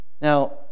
Now